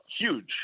huge